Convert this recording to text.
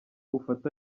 ufata